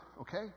okay